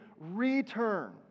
return